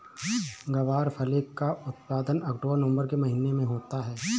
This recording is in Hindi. ग्वारफली का उत्पादन अक्टूबर नवंबर के महीने में होता है